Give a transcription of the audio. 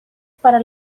para